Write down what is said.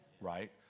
right